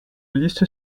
liste